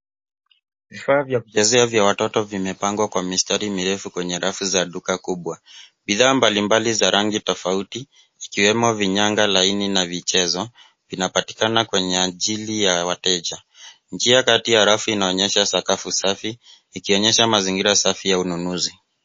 Vifaa vya kuchezea vya watoto vimepangwa kwa mistari mirefu kwenye rafu za duka kubwa . Bidhaa mbalimbali za rangi tofauti ikiwemo vinyanga laini na vichezo vinapatikana kwa ajili ya wateja. Njia kati ya rafu inaonyesha sakafu safi, ikionyesha mazingira safi ya ununuzi.